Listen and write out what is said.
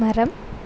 மரம்